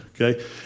Okay